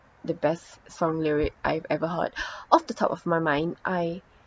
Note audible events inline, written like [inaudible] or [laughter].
the best song lyric I've ever heard [breath] off the top of my mind I